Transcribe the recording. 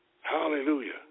Hallelujah